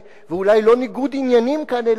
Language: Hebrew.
ואולי לא ניגוד עניינים כאן,